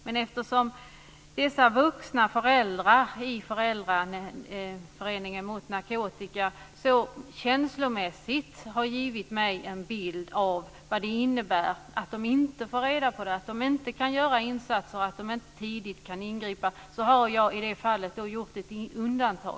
Men föräldrarna i Föräldraföreningen Mot Narkotika har känslomässigt givit mig en bild av vad det innebär att inte få reda på det här, inte kunna göra insatser och inte kunna ingripa tidigt. Man kan säga att jag i det här fallet har gjort ett undantag.